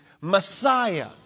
Messiah